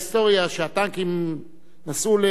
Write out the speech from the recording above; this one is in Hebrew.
כשהטנקים נסעו למוסקבה,